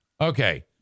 Okay